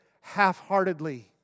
half-heartedly